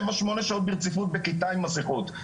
שבע שמונה שעות ברציפות בכיתה עם מסכות.